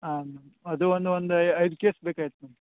ಹಾಂ ಮ್ಯಾಮ್ ಅದು ಒಂದು ಒಂದು ಐ ಐದು ಕೇಸ್ ಬೇಕಾಗಿತ್ತೆ ಮ್ಯಾಮ್